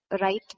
Right